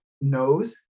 knows